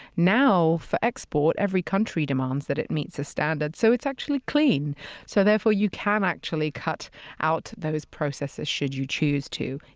now for export, every country demands that it meets a standard, so it's actually clean so therefore, you can actually cut out those processes should you choose to.